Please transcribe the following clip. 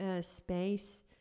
space